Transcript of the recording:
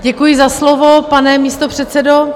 Děkuji za slovo, pane místopředsedo.